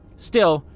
still,